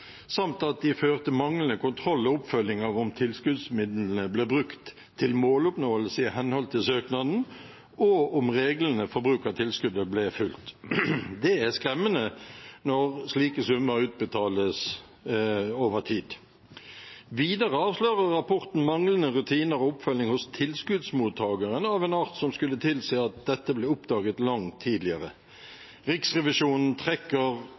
samt at de førte manglende kontroll og oppfølging av om tilskuddsmidlene ble brukt til måloppnåelse i henhold til søknaden, og om reglene for bruk av tilskuddet ble fulgt. Det er skremmende når slike summer utbetales over tid. Videre avslører rapporten manglende rutiner og oppfølging hos tilskuddsmottageren, av en art som skulle tilsi at dette ble oppdaget langt tidligere. Riksrevisjonen trekker